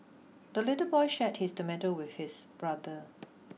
the little boy shared his tomato with his brother